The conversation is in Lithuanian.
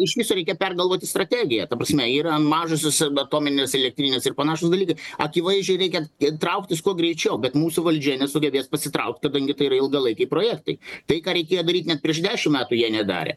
iš viso reikia pergalvoti strategiją ta prasme yra mažosios atominės elektrinės ir panašūs dalykai akivaizdžiai reikia trauktis kuo greičiau bet mūsų valdžia nesugebės pasitraukt kadangi tai yra ilgalaikiai projektai tai ką reikėjo daryti net prieš dešimt metų jie nedarė